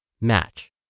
match